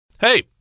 Hey